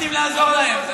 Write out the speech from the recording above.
רק רוצים לעזור להם.